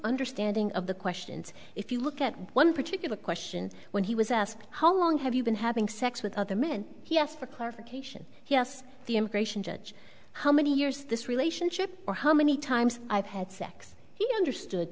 understanding of the questions if you look at one particular question when he was asked how long have you been having sex with other men he asked for clarification yes the immigration judge how many years this relationship or how many times i've had sex he understood